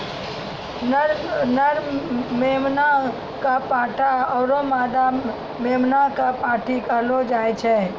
नर मेमना कॅ पाठा आरो मादा मेमना कॅ पांठी कहलो जाय छै